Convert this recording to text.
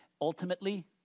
ultimately